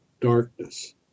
darkness